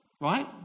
right